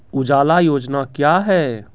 उजाला योजना क्या हैं?